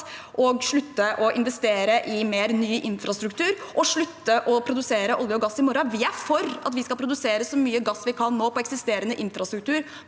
og å slutte å investere i mer ny infrastruktur og det å slutte å produsere olje og gass i morgen. Vi er for at vi skal produsere så mye gass vi kan nå, med eksisterende infrastruktur,